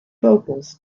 vocals